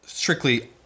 Strictly